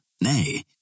nay